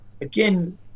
again